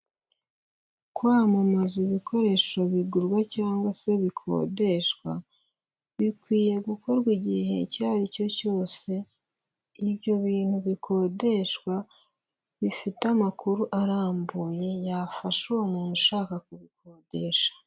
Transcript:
Kwamamaza ibikoresho bigurwa cyangwa se bikodeshwa, bikwiye gukorwa igihe icyo ari cyo cyose ibyo bintu bikodeshwa bifite amakuru arambuye yafasha uwo muntu ushaka kubikodesha.